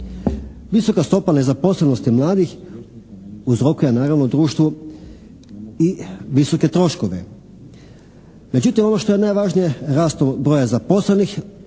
Visoka stopa nezaposlenosti mladih uzrokuje naravno društvu i visoke troškove, međutim ono što je najvažnije raste broj zaposlenih